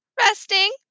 Resting